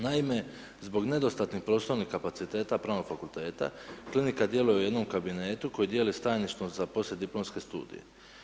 Naime, zbog nedostatnih prostornih kapaciteta pravnog fakulteta, klinika djeluje u jednom kabinetu koji dijeli s tajništvom za poslijediplomske studije.